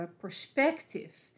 perspective